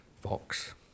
fox